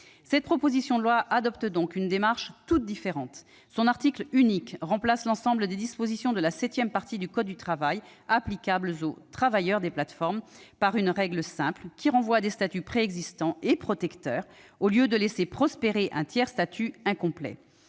Cette proposition de loi adopte donc une démarche toute différente : son article unique remplace l'ensemble des dispositions de la septième partie du code du travail applicables aux travailleurs des plateformes par une règle simple, qui renvoie à des statuts préexistants et protecteurs au lieu de laisser prospérer un « tiers statut » incomplet.